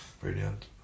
brilliant